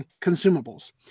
consumables